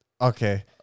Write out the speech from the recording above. Okay